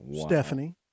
Stephanie